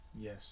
Yes